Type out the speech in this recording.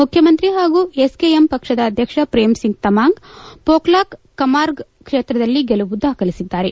ಮುಖ್ಯಮಂತ್ರಿ ಹಾಗೂ ಎಸ್ಕೆಎಂ ಪಕ್ಷದ ಅಧ್ಯಕ್ಷ ಶ್ರೇಮ್ ಸಿಂಗ್ ತಮಾಂಗ್ ಹೋಕ್ಲಾಕ್ ಕಮಾರ್ಗ್ ಕ್ವೇತ್ರದಲ್ಲಿ ಗೆಲುವು ದಾಖಲಿಸಿದ್ದಾರೆ